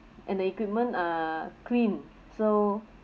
and the equipment are clean so